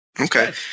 Okay